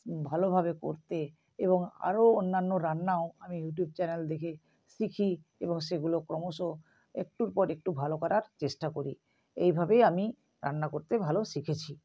ভালোভাবে করতে এবং আরও অন্যান্য রান্নাও আমি ইউটিউব চ্যানেল দেখে শিখি এবং সেগুলো ক্রমশ একটুর পর একটু ভালো করার চেষ্টা করি এইভাবেই আমি রান্না করতে ভালো শিখেছি